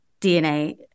DNA